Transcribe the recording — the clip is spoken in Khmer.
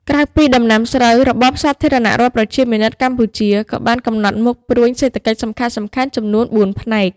ក្រៅពីដំណាំស្រូវ របបសាធារណរដ្ឋប្រជាមានិតកម្ពុជា ក៏បានកំណត់មុខព្រួញសេដ្ឋកិច្ចសំខាន់ៗចំនួនបួនផ្នែក។